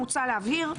מוצע להבהיר.